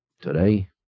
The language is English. today